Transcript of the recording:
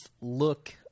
look